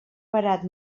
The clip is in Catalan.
parat